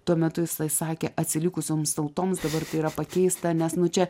tuo metu jisai sakė atsilikusioms tautoms dabar tai yra pakeista nes čia